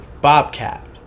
bobcat